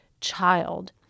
child